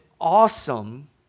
awesome